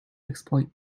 exploit